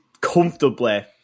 comfortably